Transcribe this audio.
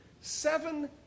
seven